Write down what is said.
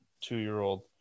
two-year-old